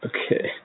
Okay